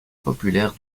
populaire